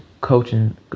coaching